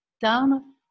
down